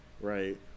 right